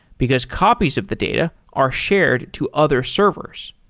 because copies of the data are shared to other servers.